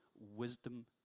wisdom